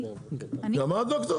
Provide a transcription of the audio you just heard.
גם את דוקטור?